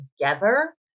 together